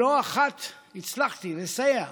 לא אחת הצלחתי לסייע